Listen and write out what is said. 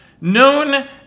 Known